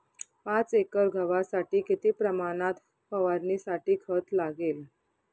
पाच एकर गव्हासाठी किती प्रमाणात फवारणीसाठी खत लागेल?